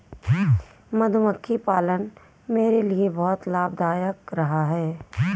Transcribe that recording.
मधुमक्खी पालन मेरे लिए बहुत लाभदायक रहा है